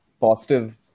positive